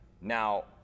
Now